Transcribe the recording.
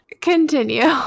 continue